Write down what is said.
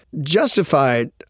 Justified